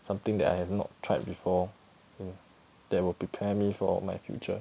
something that I have not tried before that will prepare me for my future